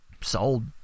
sold